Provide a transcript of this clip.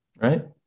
right